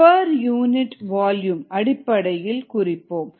per unit volume அடிப்படையில் rgP குறிப்போம்